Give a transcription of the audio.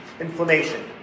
Inflammation